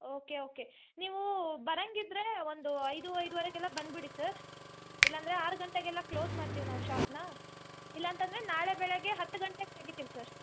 okay okay ನೀವು ಬರಂಗೆ ಇದ್ದರೆ ಒಂದು ಐದು ಐದುವರೆಗೆಲ್ಲ ಬಂದ್ಬಿಡಿ ಸರ್ ಇಲ್ಲಂದರೆ ಆರು ಗಂಟೆಗೆಲ್ಲ ಕ್ಲೋಸ್ ಮಾಡ್ತಿವಿ ನಾವು ಶಾಪನ್ನ ಇಲ್ಲಂತಂದರೆ ನಾಳೆ ಬೆಳಿಗ್ಗೆ ಹತ್ತು ಗಂಟೆಗೆ ತೆಗಿತಿವಿ ಸರ್